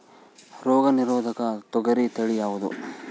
ರೋಗ ನಿರೋಧಕ ತೊಗರಿ ತಳಿ ಯಾವುದು?